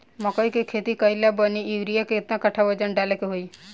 मकई के खेती कैले बनी यूरिया केतना कट्ठावजन डाले के होई?